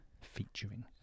Featuring